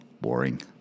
boring